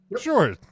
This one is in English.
Sure